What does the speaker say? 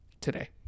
today